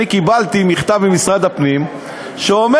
אבל אני קיבלתי מכתב ממשרד הפנים שאומר